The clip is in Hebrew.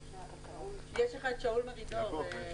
כן.